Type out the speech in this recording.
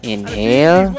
Inhale